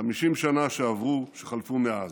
ב-50 השנים שעברו, שחלפו מאז.